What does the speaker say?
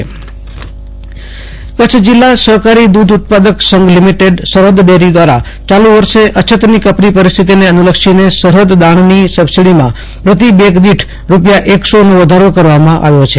Ashutosh Antani Kutch Sarhad dairy દાણ subsidy Kutch જિલ્લા સફકારી દુધ ઉત્પાદક સંઘ લિમિટેડ સરફદ ડેરી દ્રારા ચાલુ વર્ષ અછતની કપરી પરિસ્થિતિને અનુલક્ષીને સરફદ દાણની સબસીડીમાં પ્રતિ બેગ દીઠ રૂપિયા એકસો નો વધારો કરવામાં આવ્યો છે